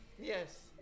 Yes